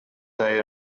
they